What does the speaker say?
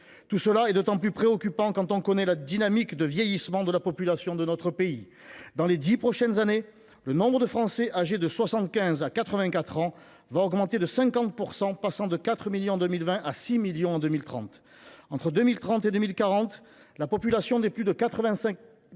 Tout cela est d’autant plus préoccupant quand on connaît la dynamique de vieillissement de la population de notre pays. Dans les dix prochaines années, le nombre des Français âgés de 75 à 84 ans va augmenter de 50 %, passant de 4 millions en 2020 à 6 millions en 2030. Entre 2030 et 2040, la population des plus de 85 ans